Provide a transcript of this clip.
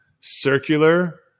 circular